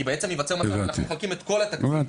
בעצם ייווצר מצב שאנחנו מחלקים את כל התקציב,